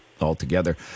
altogether